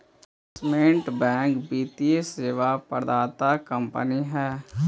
investment bank वित्तीय सेवा प्रदाता कंपनी हई